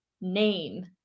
name